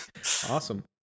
Awesome